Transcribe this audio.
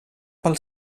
pel